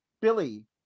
Billy